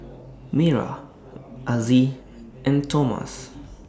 Mayra Azzie and Tomas